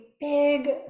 big